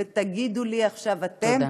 ותגידו לי עכשיו אתם,